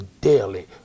daily